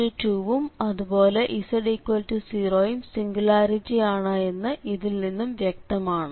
z2 വും അതുപോലെ z0 യും സിംഗുലാരിറ്റി ആണ് എന്ന് ഇതിൽ നിന്നും വ്യക്തമാണ്